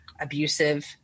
abusive